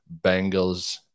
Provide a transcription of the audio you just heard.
Bengals